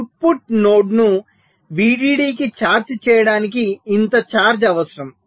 output నోడ్ను VDD కి charge చేయడానికి ఇంత ఛార్జ్ అవసరం